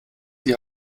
die